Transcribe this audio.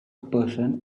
person